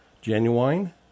Genuine